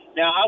now